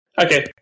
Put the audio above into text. Okay